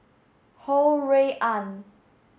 Ho Rui An